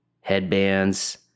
Headbands